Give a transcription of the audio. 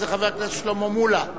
וזה חבר הכנסת שלמה מולה.